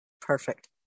perfect